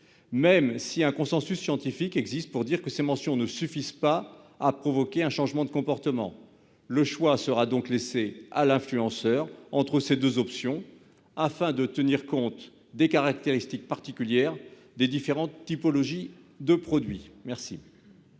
même si un consensus scientifique existe pour dire que ces mentions ne suffisent pas à provoquer un changement de comportement. Le choix sera donc laissé à l'influenceur entre ces deux options afin de tenir compte des caractéristiques particulières des différentes typologies de produits. La